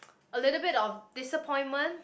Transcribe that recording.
a little bit of disappointment